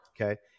okay